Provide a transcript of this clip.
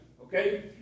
Okay